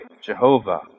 Jehovah